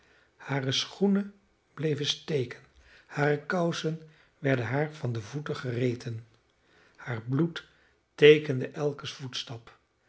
hare schoenen bleven steken hare kousen werden haar van de voeten gereten haar bloed teekende elken voetstap